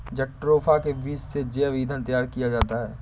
jatropha के बीज से जैव ईंधन तैयार किया जाता है